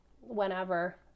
whenever